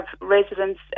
residents